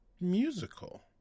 musical